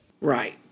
Right